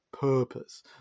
purpose